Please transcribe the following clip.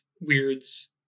Weird's